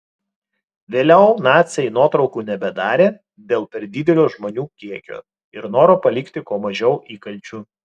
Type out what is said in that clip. vėliau naciai nuotraukų nebedarė dėl per didelio žmonių kiekio ir noro palikti kuo mažiau įkalčių